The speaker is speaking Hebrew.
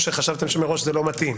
או חשבתם מראש שזה לא מתאים,